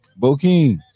Bokeem